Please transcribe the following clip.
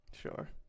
Sure